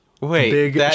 Wait